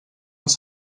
els